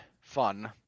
fun